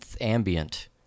ambient